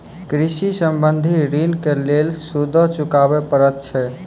कृषि संबंधी ॠण के लेल सूदो चुकावे पड़त छै?